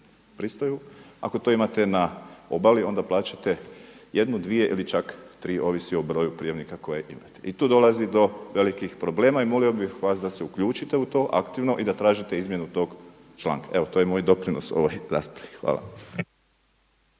pristojbu, ako to imate na obali onda plaćate 1, 2 ili čak 3 ovisi o broju prijamnika koje imate. I tu dolazi do velikih problema i molio bih vas da se uključite u to aktivno i da tražite izmjenu tog članka. Evo to je moj doprinos ovoj raspravi. Hvala.